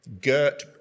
Gert